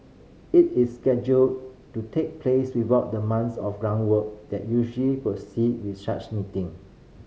it is scheduled to take place without the months of groundwork that usually precede with such meeting